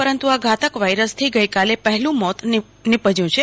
પરંતુ આ ઘાતક વાયરસથો ગઈકાલે પહલું મોત નોંધાયું છે